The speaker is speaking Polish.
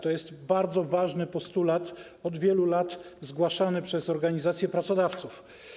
To jest bardzo ważny postulat od wielu lat zgłaszany przez organizację pracodawców.